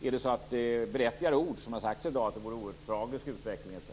Är det berättigade ord som har sagts i dag, att det vore en oerhört tragisk utveckling etc.